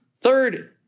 Third